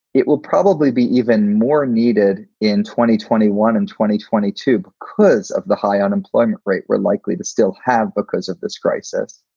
it will probably be even more needed in twenty, twenty one and twenty twenty two because of the high unemployment rate we're likely to still have because of this crisis.